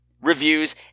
reviews